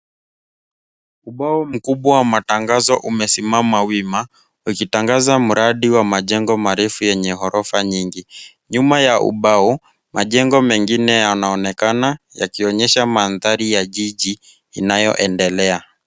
Ubao mkubwa wa matangazo umesimama wima, ukitangaza mradi wa majengo marefu yenye ghorofa nyingi. Nyuma ya ubao, majengo mengine yanaonekana yakionyesha mandhari ya jiji inayoendelea.